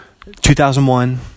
2001